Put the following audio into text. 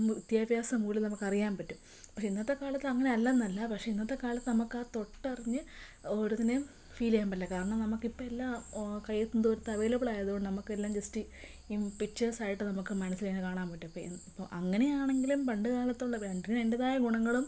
വിദ്യാഭ്യാസമൂല്യം നമുക്കറിയാൻ പറ്റും പക്ഷെ ഇന്നത്തെ കാലത്ത് അങ്ങനെ അല്ലെന്നല്ല പക്ഷെ ഇന്നത്തെ കാലത്ത് നമുക്ക് ആ തൊട്ടറിഞ്ഞ് ഓരോന്നിനേയും ഫീൽ ചെയ്യാൻ പറ്റില്ല കാരണം നമുക്ക് ഇപ്പോൾ എല്ലാം കയ്യെത്തും ദൂരത്തു അവൈലബിളായതുകൊണ്ട് നമുക്കെല്ലാം ജസ്റ്റ് പിക്ച്ചേഴ്സ് ആയിട്ട് നമുക്ക് മനസ്സിലിങ്ങനെ കാണാൻ പറ്റും പിന്നെ ഇപ്പോൾ അങ്ങനെ ആണെങ്കിലും പണ്ടുകാലത്തുള്ളതും രണ്ടിനും അതിൻ്റെതായ ഗുണങ്ങളും